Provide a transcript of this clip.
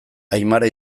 aimara